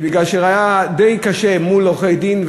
בגלל שהיה די קשה מול עורכי-דין,